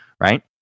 right